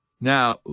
Now